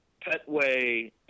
Petway